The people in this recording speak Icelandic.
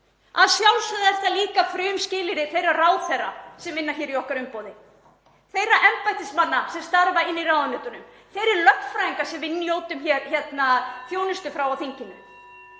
Að sjálfsögðu er það líka frumskilyrði þeirra ráðherra sem vinna í okkar umboði, þeirra embættismanna sem starfa inni í ráðuneytunum, þeirra lögfræðinga sem við njótum (Forseti hringir.) þjónustu frá í þinginu.